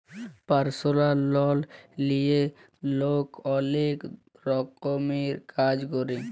পারসলাল লল লিঁয়ে লক অলেক রকমের কাজ ক্যরে